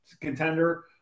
contender